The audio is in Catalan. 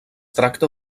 tracta